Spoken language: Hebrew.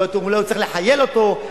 אולי הוא צריך לחייל אותו,